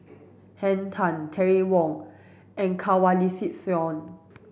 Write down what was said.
Henn Tan Terry Wong and Kanwaljit Soin